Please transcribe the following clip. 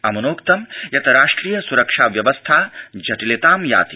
अम्नोक्तं यत् राष्ट्रिय सुरक्षा व्यवस्था जटिलतां याति